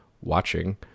watching